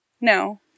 no